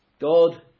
God